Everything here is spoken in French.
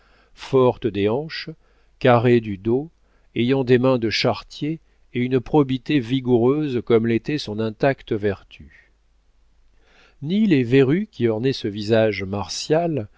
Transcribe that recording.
forte des hanches carrée du dos ayant des mains de charretier et une probité vigoureuse comme l'était son intacte vertu ni les verrues qui ornaient ce visage